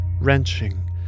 wrenching